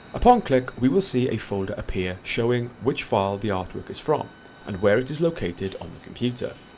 upon click, we will see a folder appear showing which file the artwork is from and where it is located on the computer.